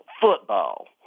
football